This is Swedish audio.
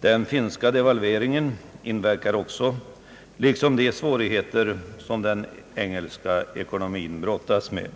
Den finska devalveringen inverkar också, liksom de svårigheter som den engelska ekonomin brottas med.